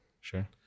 Sure